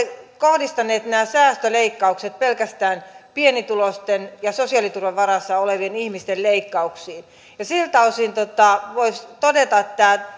kohdistaneet nämä säästöleikkaukset pelkästään pienituloisten ja sosiaaliturvan varassa olevien ihmisten leikkauksiin siltä osin voisi todeta että